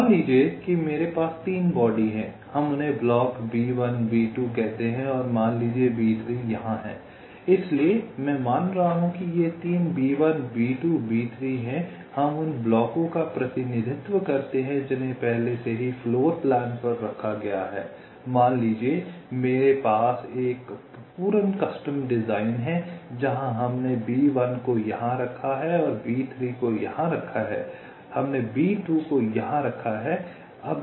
मान लीजिए कि मेरे पास तीन बॉडी हैं हम उन्हें ब्लॉक B1 B2 कहते हैं और मान लीजिए B3 यहाँ हैं इसलिए मैं मान रहा हूँ कि ये तीन B1 B2 B3 हैं हम उन ब्लॉकों का प्रतिनिधित्व करते हैं जिन्हे पहले से ही फ़्लोरप्लान पर रखा गया है मान लीजिये हमारे पास एक पूर्ण कस्टम डिज़ाइन है जहां हमने B1 को यहां रखा है हमने B3 को यहां रखा है हमने यहां B2 को रखा है